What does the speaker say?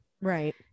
right